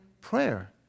prayer